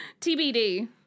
TBD